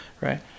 right